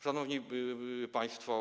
Szanowni Państwo!